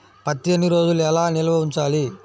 పత్తి ఎన్ని రోజులు ఎలా నిల్వ ఉంచాలి?